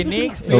next